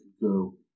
go